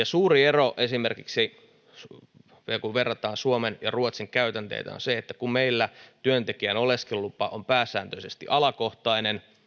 suuri ero esimerkiksi kun verrataan suomen ja ruotsin käytänteitä on se että kun meillä työntekijän oleskelulupa on pääsääntöisesti alakohtainen